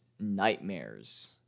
nightmares